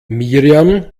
miriam